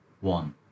one